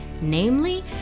namely